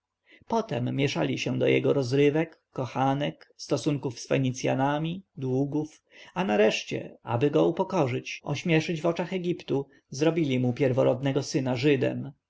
potem mieszali się do jego rozrywek kochanek stosunków z fenicjanami długów a nareszcie aby go upokorzyć ośmieszyć w oczach egiptu zrobili mu pierworodnego syna żydem